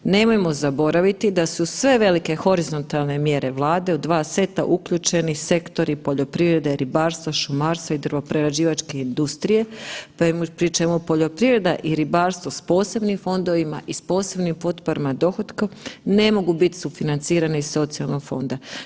Nemojmo zaboraviti da su sve velike horizontalne mjere Vlade u dva seta uključeni sektori poljoprivrede, ribarstva, šumarstva i drvoprerađivačke industrije, pri čemu poljoprivreda i ribarstvo s posebnim fondovima i s posebnim potporama dohotku ne mogu biti sufinancirani iz socijalnog fonda.